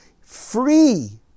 free